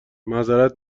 معذرت